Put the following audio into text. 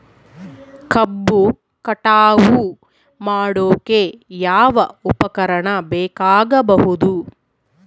ಕಬ್ಬು ಕಟಾವು ಮಾಡೋಕೆ ಯಾವ ಉಪಕರಣ ಬೇಕಾಗಬಹುದು?